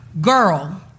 girl